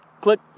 Click